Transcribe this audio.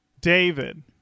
David